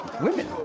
women